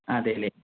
അതേ അല്ലേ